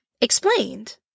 explained